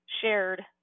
shared